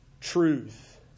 truth